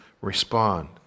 respond